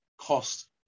cost